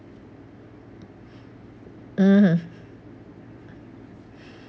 mmhmm